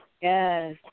Yes